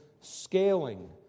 scaling